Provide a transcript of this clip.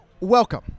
Welcome